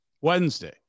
Wednesday